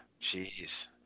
jeez